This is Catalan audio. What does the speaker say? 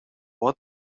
bot